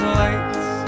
lights